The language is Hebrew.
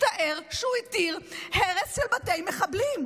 מצטער שהוא התיר הרס של בתי מחבלים.